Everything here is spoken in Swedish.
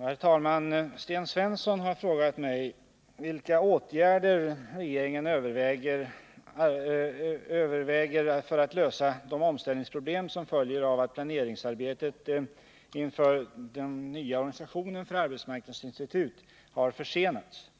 Herr talman! Sten Svensson har frågat mig vilka åtgärder regeringen överväger för att lösa de omställningsprobler som följer av att planeringsarbetet inför den nya organisationen för arbetsmarknadsinstitut har försenats.